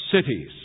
cities